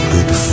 Good